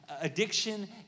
addiction